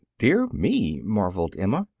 dear me! marveled emma.